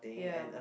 ya